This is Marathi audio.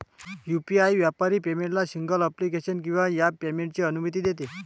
यू.पी.आई व्यापारी पेमेंटला सिंगल ॲप्लिकेशन किंवा ॲप पेमेंटची अनुमती देते